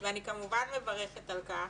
ואני כמובן מברכת על כך,